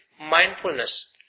mindfulness